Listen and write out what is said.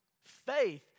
faith